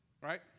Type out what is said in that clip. Right